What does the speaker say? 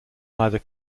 either